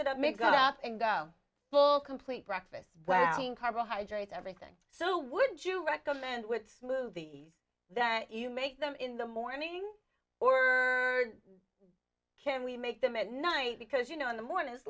it up make up and go full complete breakfast where carbohydrates everything so would you recommend with smoothies that you make them in the morning or can we make them at night because you know in the morning